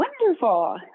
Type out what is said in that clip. wonderful